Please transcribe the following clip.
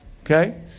okay